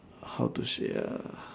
how to say ah